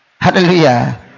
hallelujah